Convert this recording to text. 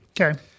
Okay